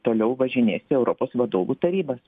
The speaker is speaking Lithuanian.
toliau važinės į europos vadovų tarybas